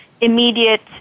immediate